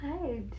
Hi